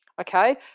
Okay